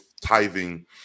tithing